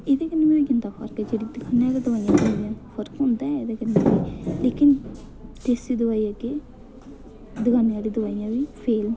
एह्दे कन्नै बी होई जंदा फर्क फर्क होंदा ऐ एह्दे कन्नै बी लेकिन देसी दोआई जेह्की ऐ दकानां आह्लियां दोआइयां ओह्दे अग्गें फेल न